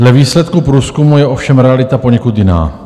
Dle výsledků průzkumu je ovšem realita poněkud jiná.